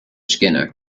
skinner